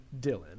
Dylan